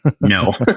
No